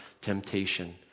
temptation